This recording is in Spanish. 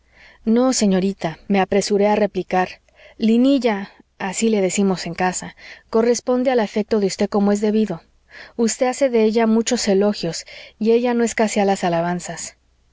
no corresponder a mi cariñosa amistad no señorita me apresuré a replicar linilla así le decimos en casa corresponde al afecto de usted como es debido usted hace de ella muchos elogios y ella no escasea las alabanzas